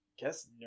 guess